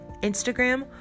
Instagram